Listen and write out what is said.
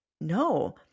No